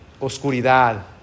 oscuridad